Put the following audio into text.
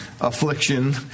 affliction